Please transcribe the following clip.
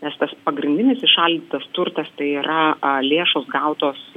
nes tas pagrindinis įšaldytas turtas tai yra lėšos gautos